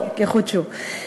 לא, יחודשו.